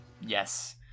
Yes